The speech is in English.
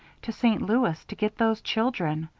to st. louis, to get those children.